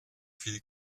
viel